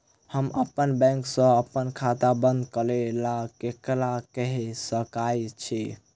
हम अप्पन बैंक सऽ अप्पन खाता बंद करै ला ककरा केह सकाई छी?